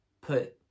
put